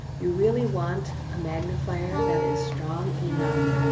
you really want a magnifier that is strong enough.